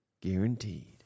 guaranteed